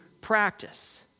practice